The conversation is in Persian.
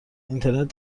اینترنت